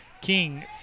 King